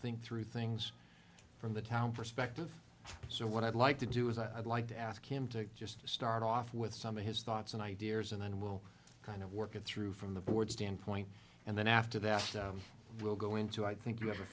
think through things from the town perspective so what i'd like to do is i'd like to ask him to just start off with some of his thoughts and ideas and then we'll kind of work it through from the board standpoint and then after that we'll go into i think you